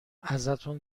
ازتون